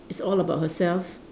it's all about herself